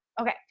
okay